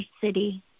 city